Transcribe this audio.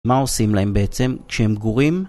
מה עושים להם בעצם? כשהם גורים?